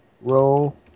Roll